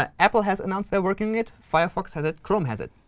ah apple has announced they're working it. firefox has it. chrome has it.